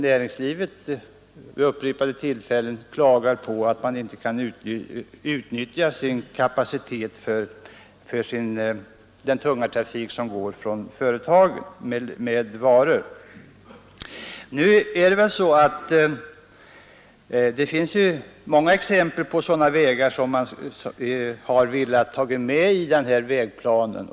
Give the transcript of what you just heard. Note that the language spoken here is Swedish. Näringslivet har vid upprepade tillfällen klagat på att man inte kan utnyttja vägarna för den tunga trafik med varor som går från företagen. Många exempel finns på sådana vägar som man velat ta med i flerårsplanen.